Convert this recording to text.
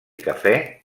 cafè